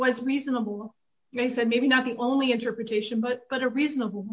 was reasonable they said maybe not the only interpretation but but a reasonable